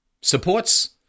supports